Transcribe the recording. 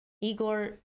Igor